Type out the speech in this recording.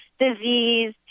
disease